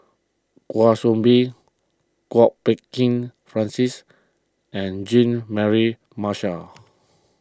Kwa Soon Bee Kwok Peng Kin Francis and Jean Mary Marshall